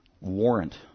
warrant